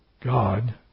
God